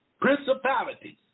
principalities